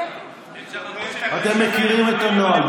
אתם מכירים את הנוהל.